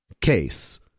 case